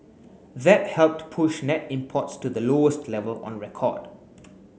that helped push net imports to the lowest level on record